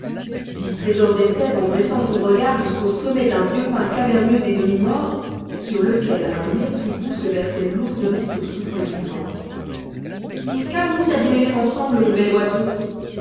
dit trésor des fèves en dressant son regard jusqu'au sommet d'un vieux pin caverneux et demi-mort sur lequel un mattre hibou se berçait lourdement au souffle du vent et qu'avons-nous à démêler ensemble mon bel oiseau